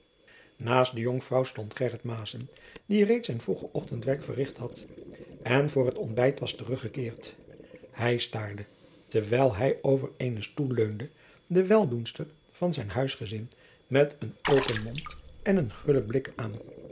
naast de jonkvrouw stond gheryt maessen die reeds zijn vroege ochtendwerk verricht had en voor het ontbijt was teruggekeerd hij staarde terwijl hij over eenen stoel leunde de weldoenster van zijn huisgezin met een open mond en een gullen blik aan